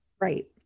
Right